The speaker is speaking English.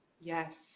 Yes